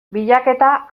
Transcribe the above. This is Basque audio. bilaketa